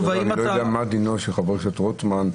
אני לא יודע מה דינו של חבר הכנסת רוטמן,